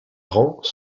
rangs